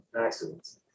accidents